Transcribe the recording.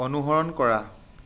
অনুসৰণ কৰা